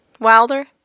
Wilder